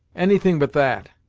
any thing but that!